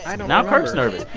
and now kirk's nervous.